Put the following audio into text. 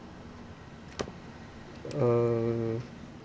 uh